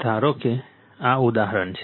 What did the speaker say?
ધારો કે આ ઉદાહરણ છે